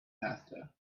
pasta